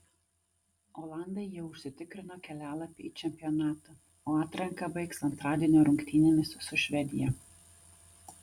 olandai jau užsitikrino kelialapį į čempionatą o atranką baigs antradienio rungtynėmis su švedija